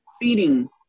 feeding